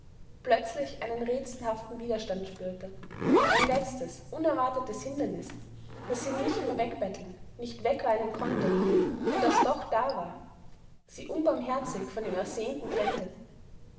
plötzlich einen rätselhaften widerstand spürte ein letztes unerwartetes hindernis das sie nicht mehr wegbetteln nicht wegweinen konnte und das doch da war sie unbarmherzig von dem ersehnten trennte